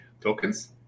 tokens